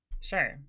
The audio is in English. sure